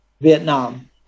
Vietnam